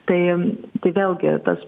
tai tai vėlgi tas